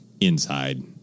inside